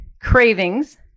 cravings